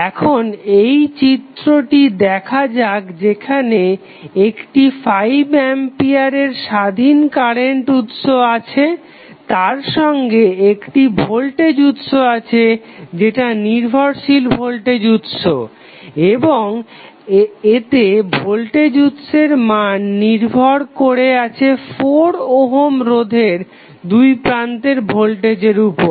এখন এই চিত্রটি দেখা যাক যেখানে একটি 5 আম্পিয়ারের স্বাধীন কারেন্ট উৎস আছে তার সঙ্গে একটি ভোল্টেজ উৎস আছে যেটা নির্ভরশীল ভোল্টেজ উৎস এবং এত ভোল্টেজ উৎসের মান নির্ভর করে আছে 4 ওহম রোধের দুইপ্রান্তের ভোল্টেজের উপর